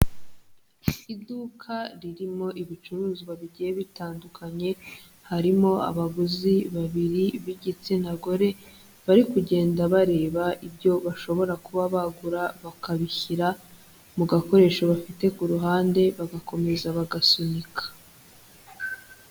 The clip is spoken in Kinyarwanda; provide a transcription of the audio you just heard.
Iduka ririmo ibicuruzwa bigiye bitandukanye, harimo abaguzi babiri b'igitsina gore, bari kugenda bareba ibyo bashobora kuba bagura bakabishyira mu gakoresho bafite ku ruhande, bagakomeza bagasunika.